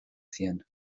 cien